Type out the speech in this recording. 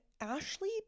Ashley